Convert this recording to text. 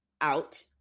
out